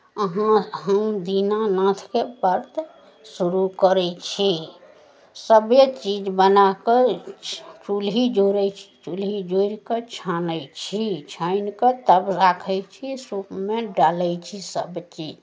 अहाँ हम दीनानाथके व्रत शुरू करै छी सभे चीज बना कऽ च चूल्हि जोड़ै छी चूल्हि जोड़ि कऽ छानै छी छानि कऽ तब राखै छी सूपमे डालै छी सभचीज